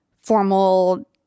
formal